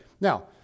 Now